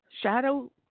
Shadow